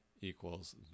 equals